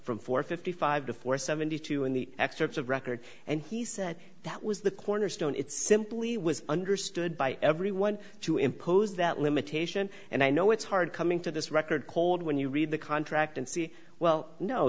from four fifty five to four seventy two in the excerpts of record and he said that was the cornerstone it simply was understood by everyone to impose that limitation and i know it's hard coming to this record cold when you read the contract and see well no